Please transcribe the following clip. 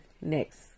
next